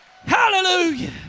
Hallelujah